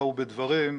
באו בדברים,